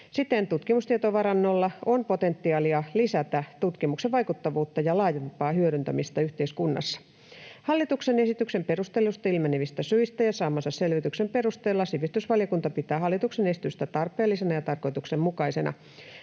Siten tutkimustietovarannolla on potentiaalia lisätä tutkimuksen vaikuttavuutta ja laajempaa hyödyntämistä yhteiskunnassa. Hallituksen esityksen perusteluista ilmenevistä syistä ja saamansa selvityksen perusteella sivistysvaliokunta pitää hallituksen esitystä tarpeellisena ja tarkoituksenmukaisena.